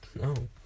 No